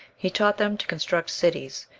he taught them to construct cities,